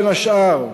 בין השאר,